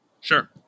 Sure